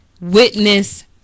Witness